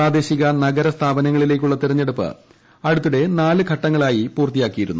പ്രാദേശിക നഗര സ്ഥാപനങ്ങളിലേയ്ക്കുള്ള തെരഞ്ഞെടുപ്പ് അടുത്തിടെ നാല് ഘട്ടങ്ങളിലായി പൂർത്തിയാരുന്നു